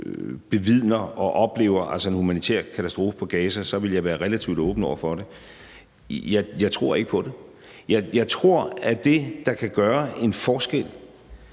det, der altså er en humanitær katastrofe i Gaza, så ville jeg være relativt åben over for det. Jeg tror ikke på det. Jeg tror, at det, der kan gøre en forskel,